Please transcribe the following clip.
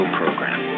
program